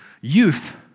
youth